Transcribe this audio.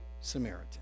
Samaritan